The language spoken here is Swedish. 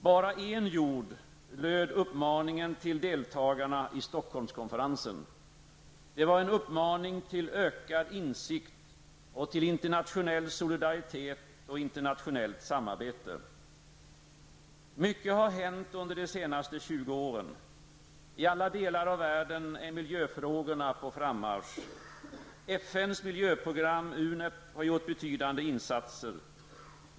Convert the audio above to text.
Bara en jord, löd uppmaningen till deltagarna i Stockholmskonferensen. Det var en uppmaning till ökad insikt och till internationell solidaritet och internationellt samarbete. Mycket har hänt under de senaste 20 åren. I alla delar av världen är miljöfrågorna på frammarsch. FNs miljöprogram, UNEP, har gjort betydande insatser.